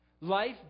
Life